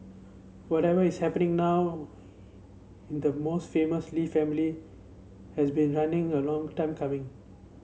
whatever is happening now in the most famous Lee family has been running a long time coming